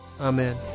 amen